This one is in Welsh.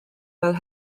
fel